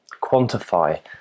quantify